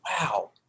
Wow